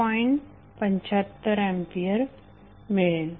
75 A मिळेल